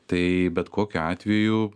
tai bet kokiu atveju